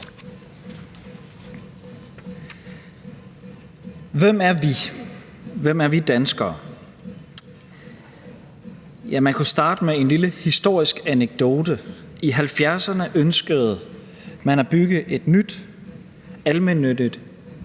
Hvem er vi? Hvem er vi danskere? Ja, man kunne starte med en lille historisk anekdote: I 1970’erne ønskede man at bygge et nyt almennyttigt